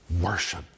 worship